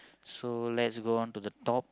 so let's go on to the top